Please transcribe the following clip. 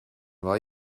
war